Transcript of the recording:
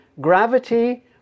gravity